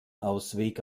ausweg